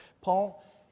Paul